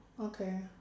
okay